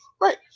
right